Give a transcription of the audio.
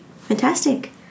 fantastic